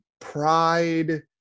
pride